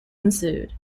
ensued